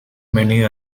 many